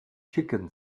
chicken